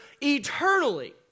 eternally